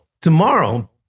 tomorrow